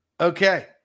Okay